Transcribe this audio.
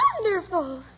wonderful